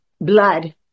blood